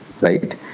right